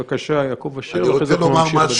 בבקשה, יעקב אשר, ואחרי זה נמשיך בדיון.